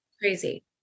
crazy